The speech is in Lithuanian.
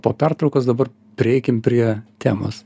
po pertraukos dabar prieikim prie temos